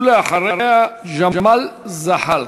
ואחריה, ג'מאל זחאלקה.